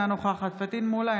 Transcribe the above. אינה נוכחת פטין מולא,